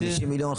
50 מיליון,